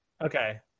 Okay